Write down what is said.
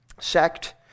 sect